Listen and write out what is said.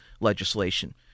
legislation